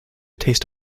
taste